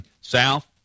south